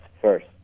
first